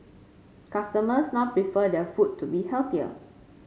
customers now prefer their food to be healthier